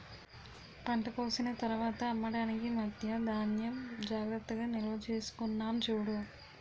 పంట కోసిన తర్వాత అమ్మడానికి మధ్యా ధాన్యం జాగ్రత్తగా నిల్వచేసుకున్నాం చూడు